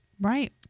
Right